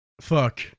fuck